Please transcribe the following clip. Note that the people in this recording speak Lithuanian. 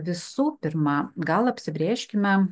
visų pirma gal apsibrėžkime